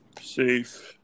Safe